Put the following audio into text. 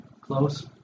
Close